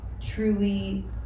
truly